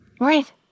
right